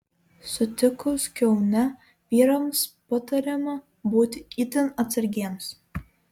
sutikus kiaunę vyrams patariama būti itin atsargiems